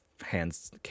hands